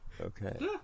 okay